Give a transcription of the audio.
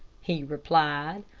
he replied.